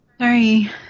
sorry